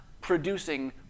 producing